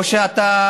או שאתה